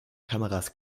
kameras